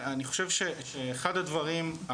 אני חושב שאחד הדברים,